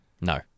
No